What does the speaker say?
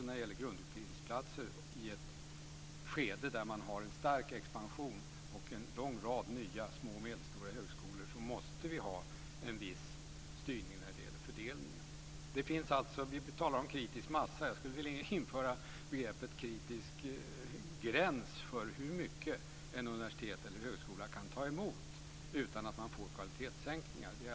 När det gäller grundutbildningsplatser måste vi ha en viss styrning av fördelningen i ett skede där man har en stark expansion och en lång rad nya små och medelstora högskolor. Vi talar om kritisk massa. Jag skulle vilja införa begreppet kritisk gräns för hur många platser ett universitet eller en högskola kan ta emot utan att det blir kvalitetssänkningar.